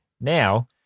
now